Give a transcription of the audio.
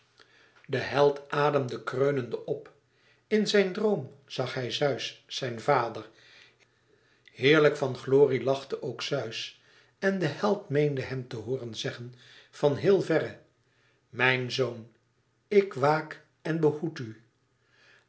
de held ademde kreunende op in zijn droom zag hij zeus zijn vader heerlijk van glorie lachte ook zeus en de held meende hem te hooren zeggen van héel verre mijn zoon ik waak en behoed u